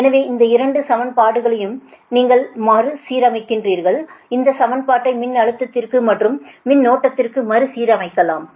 எனவே இந்த இரண்டு சமன்பாடுகளையும் நீங்கள் மறுசீரமைக்கிறீர்கள் இந்த சமன்பாட்டை மின்னழுத்தத்திற்கு மற்றும் மின்னூட்டத்திற்கு மறுசீரமைக்கலாம்